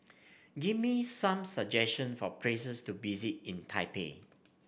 give me some suggestion for places to visit in Taipei